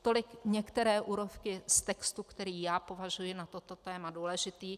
Tolik některé úryvky z textu, který já považuji na toto téma za důležitý.